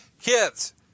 kids